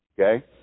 Okay